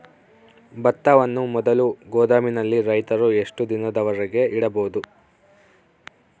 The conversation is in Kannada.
ಭತ್ತವನ್ನು ಮೊದಲು ಗೋದಾಮಿನಲ್ಲಿ ರೈತರು ಎಷ್ಟು ದಿನದವರೆಗೆ ಇಡಬಹುದು?